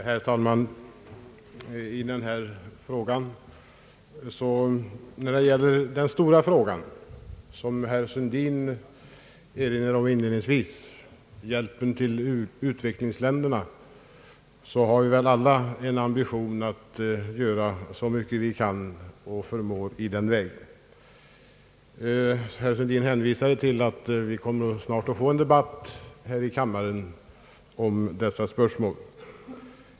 Herr talman! När det gäller den stora fråga som herr Sundin erinrade om inledningsvis — hjälpen till utvecklingsländerna har vi väl alla en ambition att göra så mycket vi kan. Herr Sundin hänvisade till att vi snart kommer att få en debatt här i kammaren om dessa spörsmål.